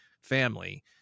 family